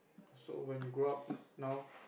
so when you grow up now